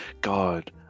God